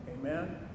Amen